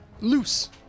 Loose